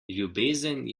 ljubezen